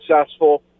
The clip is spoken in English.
successful